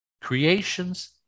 Creations